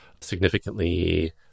significantly